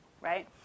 right